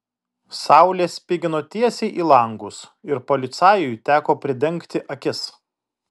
saulė spigino tiesiai į langus ir policajui teko pridengti akis